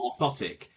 orthotic